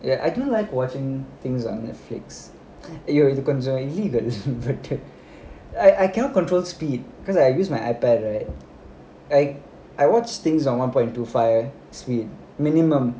ya I don't like watching things on Netflix you you இது கொஞ்சம்:idhu konjam evil I I cannot control speed because I use my iPad right like I I watched things on one point two five speed minimum